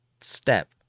step